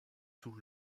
tout